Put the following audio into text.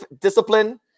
discipline